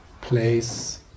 place